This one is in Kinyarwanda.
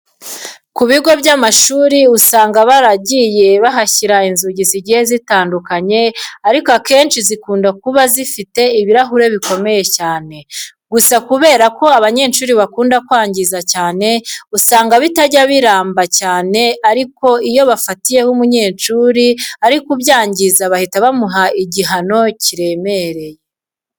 Ku bigo by'amashuri usanga baragiye bahashyira inzugi zigiye zitandukanye ariko akenshi zikunda kuba zifite ibirahuri bikomeye cyane. Gusa kubera ko abanyeshuri bakunda kwangiza cyane usanga bitajya biramba cyane ariko iyo bafatiyeho umunyeshuri ari kubyangiza bahita bamuha igihano kiremereye.